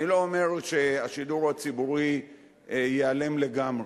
אני לא אומר שהשידור הציבורי ייעלם לגמרי,